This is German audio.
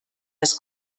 das